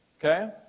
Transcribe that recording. okay